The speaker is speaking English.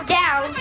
down